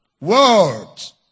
Words